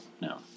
no